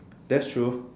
that's true